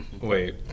Wait